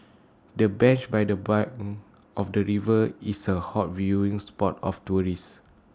the bench by the bank of the river is A hot viewing spot for tourists